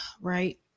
right